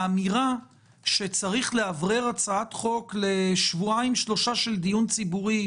האמירה שצריך לאוורר הצעת חוק לשבועיים שלושה של דיון ציבורי,